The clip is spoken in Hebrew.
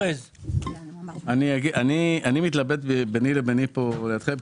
אני מתלבט ביני לביני פה לידכם.